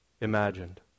imagined